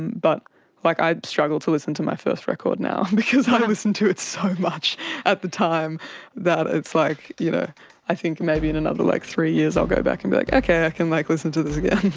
and but like i struggle to listen to my first record now because i've ah listened to it so much at the time that it's like you know i think maybe in another like three years i'll go back and be like, okay, i can like listen to this again.